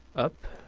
up.